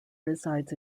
resides